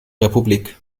republik